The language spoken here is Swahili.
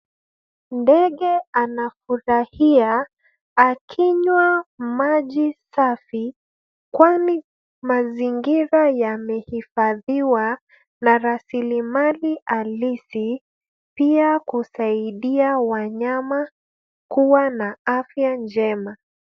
Ndege anafurahia akinywa maji safi kwani mazingira yamehifadhiwa na rasilimali halisi pia kusaidia wanyama kuwa na afya njema.